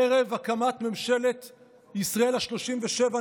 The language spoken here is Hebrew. ערב הקמת ממשלת ישראל השלושים-ושבע,